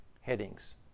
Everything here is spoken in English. headings